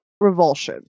revulsion